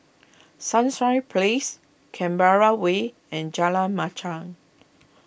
Sunshine Place Canberra Way and Jalan Machang